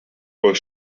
was